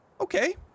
Okay